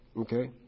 Okay